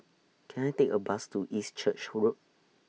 Can I Take A Bus to East Church Road